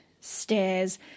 stairs